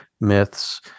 myths